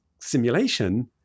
simulation